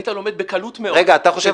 היית לומד בקלות מאוד --- אדוני,